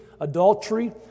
adultery